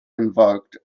invoked